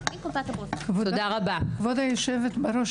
--- כבוד היושבת-ראש,